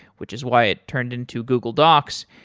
which is why it turned into google docs,